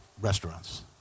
restaurants